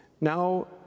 Now